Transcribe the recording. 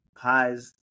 pies